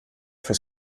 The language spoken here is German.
fürs